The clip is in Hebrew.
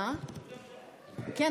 כן,